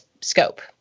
scope